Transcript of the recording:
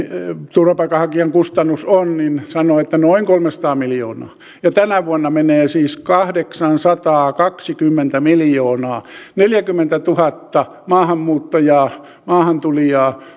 turvapaikanhakijan kustannus on hän sanoi että noin kolmesataa miljoonaa tänä vuonna menee siis kahdeksansataakaksikymmentä miljoonaa neljäkymmentätuhatta maahanmuuttajaa maahantulijaa